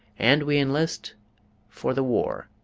and we enlist for the war.